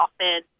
often